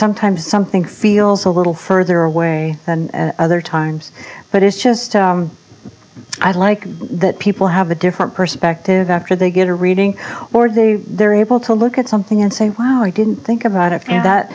sometimes something feels a little further away than other times but it's just i like that people have a different perspective after they get a reading or they they're able to look at something and say wow i didn't think about it and that